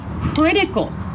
critical